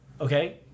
Okay